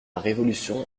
révolution